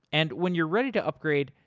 and when you're ready to upgrade,